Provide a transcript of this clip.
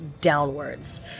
downwards